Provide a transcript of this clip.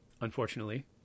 unfortunately